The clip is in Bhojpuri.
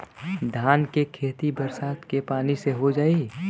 धान के खेती बरसात के पानी से हो जाई?